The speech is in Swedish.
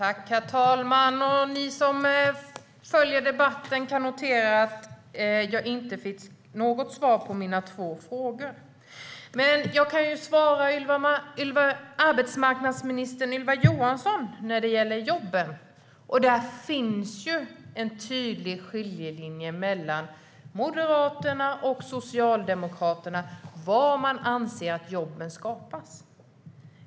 Herr talman! Ni som följer debatten kan notera att jag inte fick något svar på mina två frågor. Men jag kan svara arbetsmarknadsminister Ylva Johansson när det gäller jobben. Det finns en tydlig skiljelinje mellan Moderaterna och Socialdemokraterna när det gäller var man anser att jobben skapas.